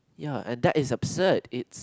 ya and that is absurd it's